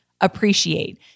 appreciate